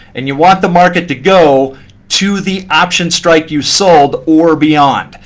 and you want the market to go to the option strike you sold or beyond.